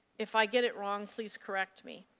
if i get it wrong, please correct me.